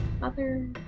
Mother